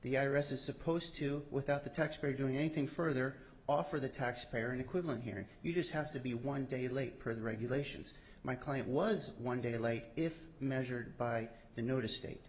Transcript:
the i r s is supposed to without the taxpayer doing anything further offer the taxpayer an equivalent hearing you just have to be one day late per the regulations my client was one day late if measured by the notice state